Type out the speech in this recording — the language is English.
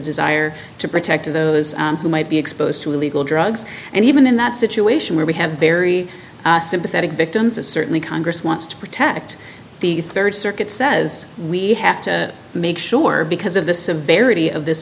desire to protect those who might be exposed to illegal drugs and even in that situation where we have very sympathetic victims is certainly congress wants to protect the rd circuit says we have to make sure because of the severity of this